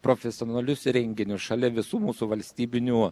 profesionalius renginius šalia visų mūsų valstybinių